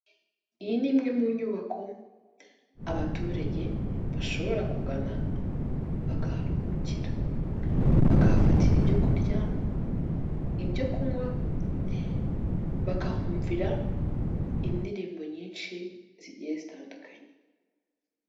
Iyi ni imwe mu nyubako abaturage bashobora kugana bakaharuhukira bakahafatira ibyo kurya, ibyo kunywa, bakahumvira indirimbo nyinshi zigiye zitandukanye.